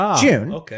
June